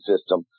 system